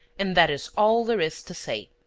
and that is all there is to say.